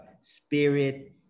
spirit